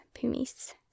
Pumice